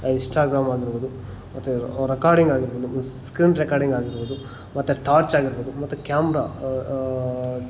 Instagram ಆಗಿರ್ಬೊದು ಮತ್ತು recording ಆಗಿರ್ಬೊದು ಸ್ಕ್ರೀನ್ ರೆಕಾರ್ಡಿಂಗ್ ಆಗಿರ್ಬೋದು ಮತ್ತು ಟಾರ್ಚ್ ಆಗಿರ್ಬೋದು ಮತ್ತು ಕ್ಯಾಮ್ರ